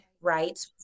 right